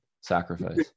sacrifice